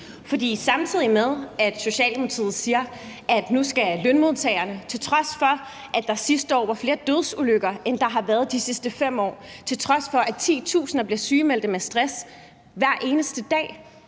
for samtidig siger Socialdemokratiet til lønmodtagerne, til trods for at der sidste år var flere dødsulykker, end der har været de sidste 5 år, til trods for at titusinder bliver sygemeldt med stress hver eneste dag: